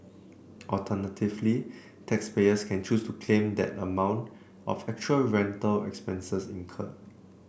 alternatively taxpayers can choose to claim the amount of actual rental expenses incurred